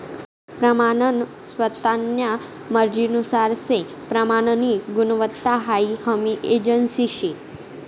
प्रमानन स्वतान्या मर्जीनुसार से प्रमाननी गुणवत्ता हाई हमी एजन्सी शे